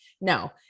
No